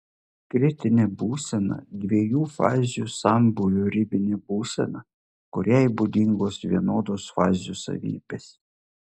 kritinė būsena dviejų fazių sambūvio ribinė būsena kuriai būdingos vienodos fazių savybės